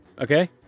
okay